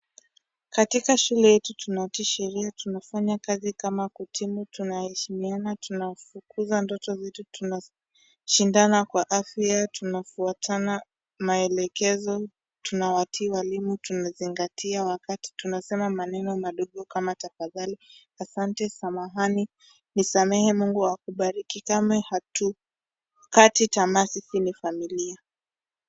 Katika shule yetu, tunatii sheria, tunafanya kazi kama timu, tunaheshimiana, tunafukuza ndoto zetu, tunashindana kwa afya, tunafuatana maelekezo, tunawatii walimu, tunazingatia wakati, tunasema maneno madogo kama tafadhali, ahsante, samahani, nisamehe, Mungu akubariki, kamwe hatukati tamaa sisi ni familia.